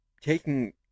taking